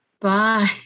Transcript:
Bye